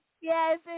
Yes